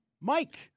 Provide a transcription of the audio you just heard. Mike